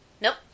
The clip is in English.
Nope